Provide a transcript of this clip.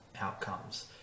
outcomes